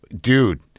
Dude